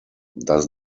does